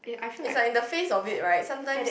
it's like in the face of it right sometimes